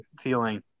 feeling